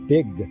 big